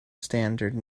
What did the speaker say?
standard